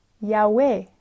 Yahweh